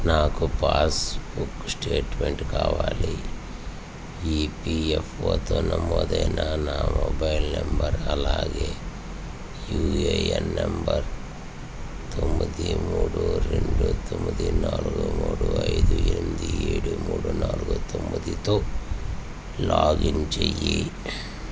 నాకు passbook statement కావాలి ఈపీఎఫ్ఓతో నమోదైన నా మొబైల్ నెంబరు అలాగే యుఏఎన్ నంబరు తొమ్మిది మూడు రెండు తొమ్మిది నాలుగు మూడు ఐదు ఎనిమిది ఏడు మూడు నాలుగు తొమ్మిదితో లాగిన్ చేయి